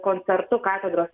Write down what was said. koncertu katedros